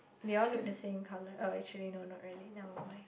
they all look the same colour oh actually no not really never mind